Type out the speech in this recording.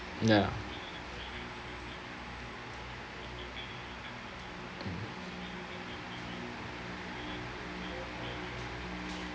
ya